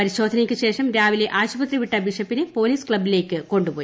പരിശോധനയ്ക്ക് ശേഷം രാവിലെ ആശുപത്രി വിട്ട ബിഷപ്പിനെ പോലീസ് ക്ലബിലേക്ക് കൊണ്ടുപോയി